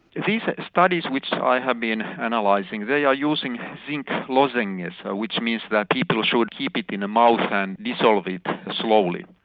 these studies which i have been and like analysing they are using zinc lozenges so which means that people should keep it in the mouth and dissolve it slowly.